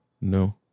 No